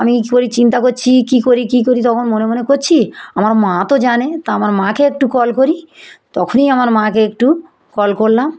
আমি এই চিন্তা করছি কী করি কী করি তখন মনে মনে করছি আমার মা তো জানে তো আমার মাকে একটু কল করি তখনই আমার মাকে একটু কল করলাম